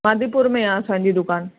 मादीपुर में आहे असांजी दुकानु